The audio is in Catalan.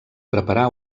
preparar